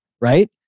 Right